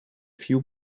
few